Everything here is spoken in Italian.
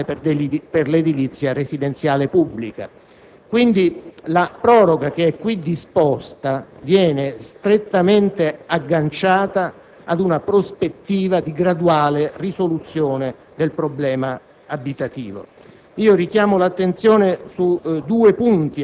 mentre l'articolo 4 prevede un piano pluriennale per l'edilizia residenziale pubblica. Dunque, la proroga disposta viene strettamente agganciata ad una prospettiva di graduale risoluzione del problema abitativo.